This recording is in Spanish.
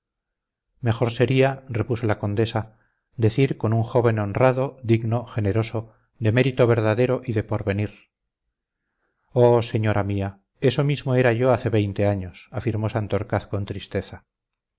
mejor sería repuso la condesa decir con un joven honrado digno generoso de mérito verdadero y de porvenir oh señora mía eso mismo era yo hace veinte años afirmó santorcaz con tristeza